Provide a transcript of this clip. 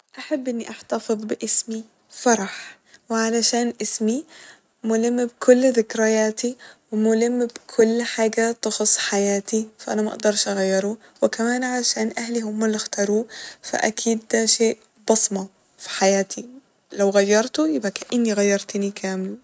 أحب اني أحتفظ باسمي فرح وعلشان اسمي ملم بكل ذكرياتي وملم بكل حاجة تخص حياتي ف أنا مقدرش أغيره و كمان علشان أهلي هما اللي اختاروه فأكيد ده شئ بصمة ف حياتي لو غيرته يبقى كإني غيرتني كاملة